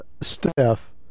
Steph